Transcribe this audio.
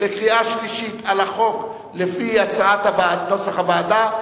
בקריאה השלישית על החוק לפי נוסח הוועדה,